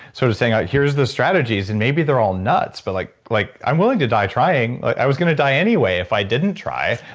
sort of saying, here's the strategies and maybe they're all nuts, but like like i'm willing to die trying. i was going to die anyway if i didn't try.